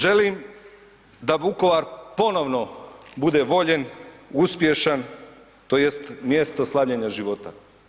Želim da Vukovar ponovno bude voljen, uspješan tj. mjesto slavljenja života.